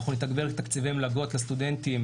אנחנו נתגבר את תקציבי המלגות לסטודנטים